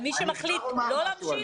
על מי שמחליט לא להמשיך?